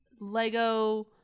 Lego